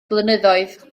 blynyddoedd